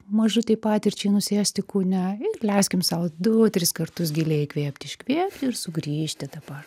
mažutei patirčiai nusėsti kūne ir leiskim sau du tris kartus giliai įkvėpti iškvėpti ir sugrįžti dabar